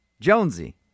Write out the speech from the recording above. Jonesy